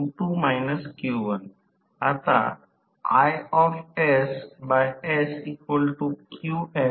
तर स्लिप च्या कमी मूल्यात या प्रदेशाला सरळ रेषा रेखाटनसारखे काहेतरी सापडेल